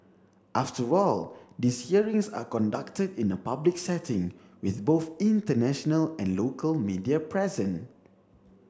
after all these hearings are conducted in a public setting with both international and local media present